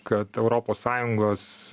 kad europos sąjungos